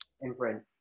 imprint